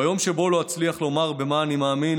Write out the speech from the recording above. ביום שבו לא אצליח לומר במה אני מאמין,